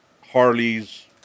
harley's